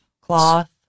cloth